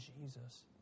Jesus